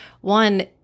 one